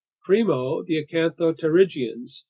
primo, the acanthopterygians,